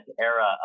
era